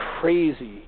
crazy